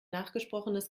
nachgesprochenes